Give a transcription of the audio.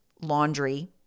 laundry